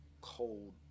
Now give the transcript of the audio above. Cold